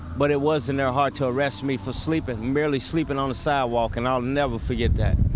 but it was in their heart to arrest me for sleeping, merely sleeping on the sidewalk and i'll never forget that.